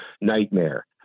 nightmare